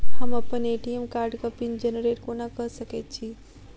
हम अप्पन ए.टी.एम कार्डक पिन जेनरेट कोना कऽ सकैत छी?